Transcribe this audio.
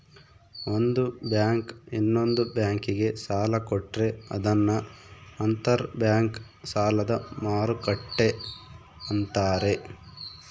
ಒಂದು ಬ್ಯಾಂಕು ಇನ್ನೊಂದ್ ಬ್ಯಾಂಕಿಗೆ ಸಾಲ ಕೊಟ್ರೆ ಅದನ್ನ ಅಂತರ್ ಬ್ಯಾಂಕ್ ಸಾಲದ ಮರುಕ್ಕಟ್ಟೆ ಅಂತಾರೆ